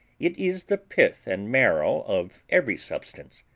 it is the pith and marrow of every substance,